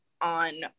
on